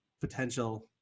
potential